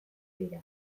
dira